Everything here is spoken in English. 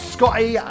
Scotty